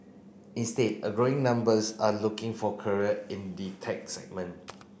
instead a growing numbers are looking for career in the tech segment